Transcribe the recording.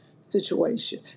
situation